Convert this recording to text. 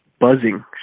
buzzing